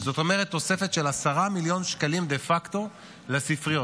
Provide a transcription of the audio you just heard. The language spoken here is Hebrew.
זאת אומרת תוספת של 10 מיליון שקלים דה פקטו לספריות.